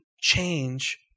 change